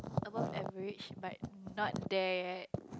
above average but not there yet